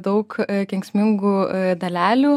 daug kenksmingų dalelių